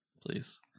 please